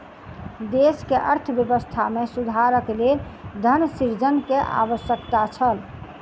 देश के अर्थव्यवस्था में सुधारक लेल धन सृजन के आवश्यकता छल